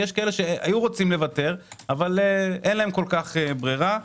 יש כאלה שהיו רוצים לוותר אבל אין להם כל כך ברירה.